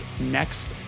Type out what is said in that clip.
next